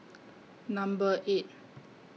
Number eight